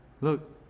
look